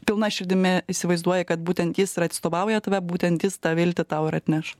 pilna širdimi įsivaizduoji kad būtent jis ir atstovauja tave būtent jis tą viltį tau ir atneš